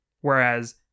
Whereas